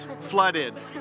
flooded